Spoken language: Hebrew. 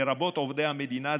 לרבות עובדי המדינה,